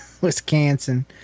Wisconsin